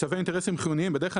צווי אינטרסים חיוניים בדרך כלל,